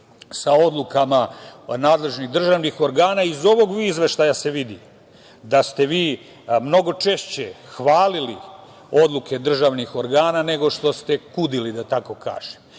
sa odlukama nadležnih državnih organa. Iz ovog izveštaja se vidi da ste vi mnogo češće hvalili odluke državnih organa, nego što ste kudili, da tako kažem. Na